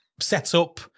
setup